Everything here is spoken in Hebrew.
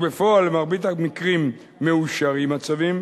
ובפועל במרבית המקרים מאושרים הצווים,